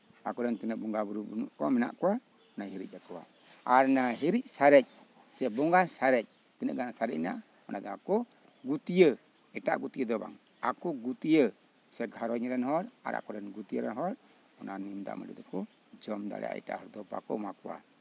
ᱟᱠᱚᱨᱮᱱ ᱛᱤᱱᱟᱹᱜ ᱵᱚᱸᱜᱟ ᱵᱳᱨᱳ ᱠᱚ ᱢᱮᱱᱟᱜ ᱠᱚᱣᱟ ᱦᱤᱨᱤᱡ ᱟᱠᱚᱣᱟ ᱟᱨ ᱚᱱᱟ ᱦᱤᱨᱤᱡ ᱥᱟᱨᱮᱡ ᱥᱮ ᱵᱚᱸᱜᱟ ᱥᱟᱨᱮᱡ ᱛᱤᱱᱟᱹᱜ ᱜᱟᱱ ᱥᱟᱨᱮᱡ ᱮᱱᱟ ᱚᱱᱟ ᱡᱟᱦᱟᱸ ᱠᱚ ᱜᱩᱛᱭᱟᱹ ᱮᱴᱟᱜ ᱡᱟᱦᱟᱸ ᱜᱩᱛᱤᱭᱟᱹ ᱫᱚ ᱵᱟᱝ ᱟᱠᱚ ᱜᱩᱛᱭᱟᱹ ᱥᱮ ᱟᱠᱚ ᱜᱷᱟᱨᱚᱸᱡᱽ ᱨᱮᱱ ᱦᱚᱲ ᱥᱮ ᱟᱠᱚᱨᱮᱱ ᱜᱩᱛᱤᱭᱟᱹ ᱨᱮᱱ ᱦᱚᱲ ᱚᱱᱟ ᱫᱟᱜᱢᱟᱹᱰᱤ ᱫᱚᱠᱚ ᱡᱚᱢ ᱫᱟᱲᱮᱭᱟᱜᱼᱟ ᱮᱴᱟᱜ ᱦᱚᱲ ᱫᱚ ᱵᱟᱠᱚ ᱮᱢᱟ ᱠᱚᱣᱟ